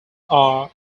are